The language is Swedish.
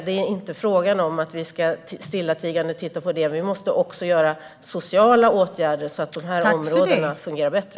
Det är inte fråga om att vi stillatigande ska titta på. Men vi måste också vidta sociala åtgärder, så att de områdena ska fungera bättre.